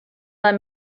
let